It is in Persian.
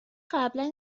قبلا